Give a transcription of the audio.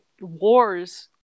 wars